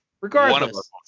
regardless